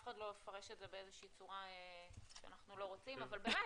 אחד לא יפרש את זה באיזו שהיא צורה שאנחנו לא רוצים אבל באמת,